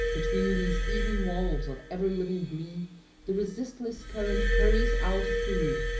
between these even walls of ever-living green the resistless current hurries out of peru,